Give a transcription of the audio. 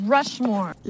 Rushmore